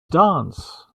dance